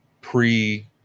pre